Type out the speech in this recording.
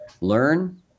learn